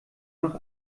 noch